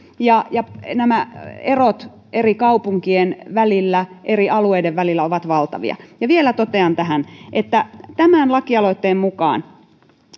ja ja nämä erot eri kaupunkien välillä eri alueiden välillä ovat valtavia ja vielä totean tähän että tämän lakialoitteen mukaan